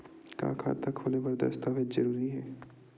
का खाता खोले बर दस्तावेज जरूरी हे?